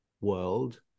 world